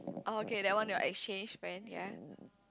oh okay that one your exchange friend ya